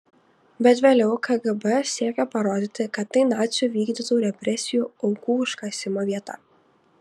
bet vėliau kgb siekė parodyti kad tai nacių vykdytų represijų aukų užkasimo vieta